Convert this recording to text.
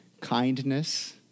kindness